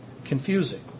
confusing